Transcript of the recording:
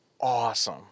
awesome